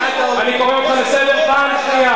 חבר הכנסת חסון, אני קורא אותך לסדר פעם שנייה.